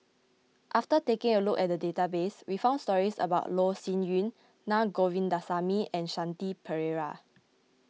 after taking a look at the database we found stories about Loh Sin Yun Na Govindasamy and Shanti Pereira